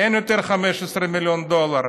אין יותר 15 מיליון דולר.